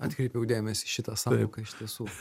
atkreipiau dėmesį į šitą sąvoką iš tiesų